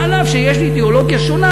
שאף שיש לי אידיאולוגיה שונה,